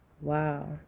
Wow